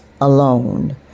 alone